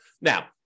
Now